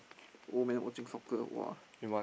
old man watching soccer !woah!